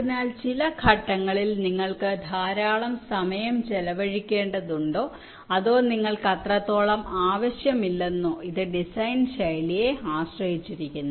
അതിനാൽ ചില ഘട്ടങ്ങളിൽ നിങ്ങൾക്ക് ധാരാളം സമയം ചെലവഴിക്കേണ്ടതുണ്ടോ അതോ നിങ്ങൾക്ക് അത്രത്തോളം ആവശ്യമില്ലെന്നോ ഇത് ഡിസൈൻ ശൈലിയെ ആശ്രയിച്ചിരിക്കുന്നു